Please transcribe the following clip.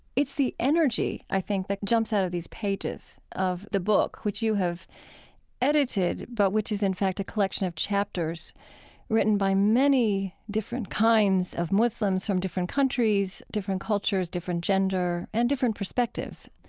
it's the energy i think that jumps out of these pages of the book which you have edited but which is, in fact, a collection of chapters written by many different kinds of muslims from different countries, different cultures, different gender and different perspectives,